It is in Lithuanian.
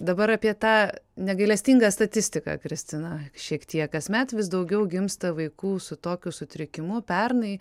dabar apie tą negailestingą statistiką kristina šiek tiek kasmet vis daugiau gimsta vaikų su tokiu sutrikimu pernai